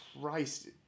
Christ